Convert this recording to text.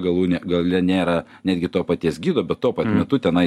galūnę gale nėra netgi to paties gido bet tuo pat metu tenai